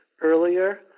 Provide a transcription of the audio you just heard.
earlier